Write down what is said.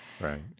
Right